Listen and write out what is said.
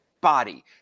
body